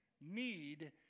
need